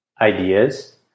ideas